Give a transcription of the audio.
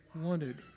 wanted